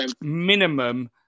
minimum